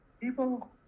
people